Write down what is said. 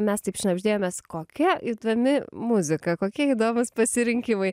mes taip šnabždėjomės kokia įdomi muzika kokie įdomūs pasirinkimai